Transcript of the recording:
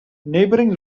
neighbouring